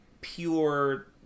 pure